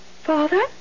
Father